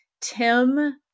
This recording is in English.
Tim